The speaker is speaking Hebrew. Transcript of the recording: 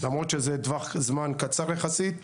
למרות שזה טווח זמן קצר יחסית,